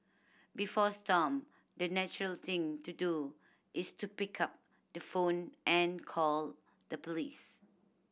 before Stomp the natural thing to do is to pick up the phone and call the police